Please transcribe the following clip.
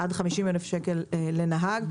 עד 50,000 שקל לנהג,